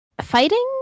fighting